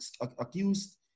accused